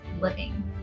living